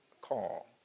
call